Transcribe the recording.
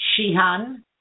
Shihan